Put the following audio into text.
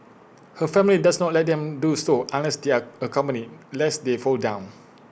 her family does not let them do so unless they are accompanied lest they fall down